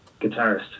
guitarist